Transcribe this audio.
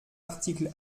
article